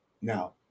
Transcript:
Now